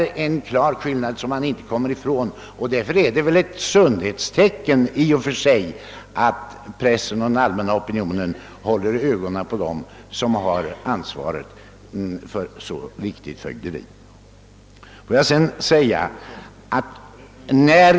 Denna klara skillnad kommer man det oaktat inte ifrån, och därför är det ett sundhetstecken att pressen och den allmänna opinionen håller ögonen på dem som har ansvaret för ett så viktigt fögderi.